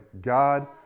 God